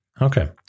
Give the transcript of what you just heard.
Okay